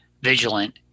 vigilant